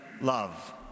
love